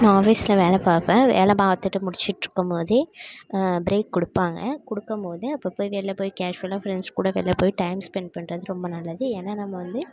நான் ஆஃபீஸில் வேலை பார்ப்பேன் வேலை பார்த்துட்டு முடிச்சுகிட்டு இருக்கும் போதே பிரேக் கொடுப்பாங்க கொடுக்கும் போது அப்போ போய் வெளியில போய் கேஷுவலாக ஃப்ரெண்ட்ஸ் கூட வெளில போய் டைம் ஸ்பெண்ட் பண்ணுறது ரொம்ப நல்லது ஏன்னா நம்ம வந்து